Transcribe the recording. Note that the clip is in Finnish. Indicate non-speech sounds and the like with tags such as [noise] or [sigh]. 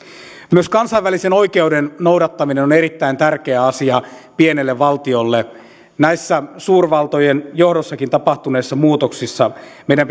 myös kansainvälisen oikeuden noudattaminen on erittäin tärkeä asia pienelle valtiolle näissä suurvaltojen johdossakin tapahtuneissa muutoksissa meidän [unintelligible]